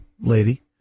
lady